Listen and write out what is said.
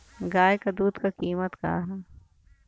गाय क दूध क कीमत का हैं?